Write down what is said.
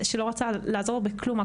הוא לא רצה לעזור בכלום,